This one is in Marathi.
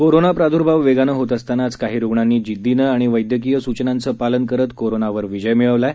कोरोना प्रादूर्माव वेगानं होत असतानाच काही रुग्णांनी जिद्दीनं आणि वैद्यकीय सूचनांचं पालन करत कोरोनावर विजय मिळवला आहे